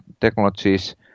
technologies